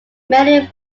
many